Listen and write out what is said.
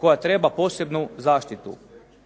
koja treba posebnu zaštitu.